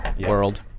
World